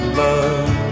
love